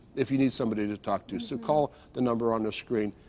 if you need somebody to talk to. so call the number on the screen.